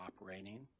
operating